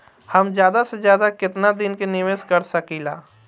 हम ज्यदा से ज्यदा केतना दिन के निवेश कर सकिला?